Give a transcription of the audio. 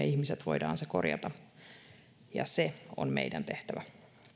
ihmiset voimme sen korjata se on meidän tehtävämme